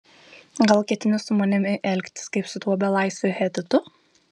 gal ketini su manimi elgtis kaip su tuo belaisviu hetitu